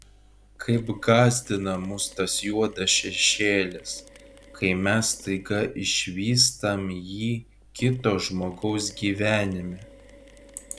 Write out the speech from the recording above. kaip gąsdina mus tas juodas šešėlis kai mes staiga išvystam jį kito žmogaus gyvenime